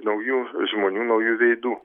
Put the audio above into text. naujų žmonių naujų veidų